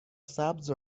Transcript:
سبز